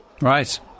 Right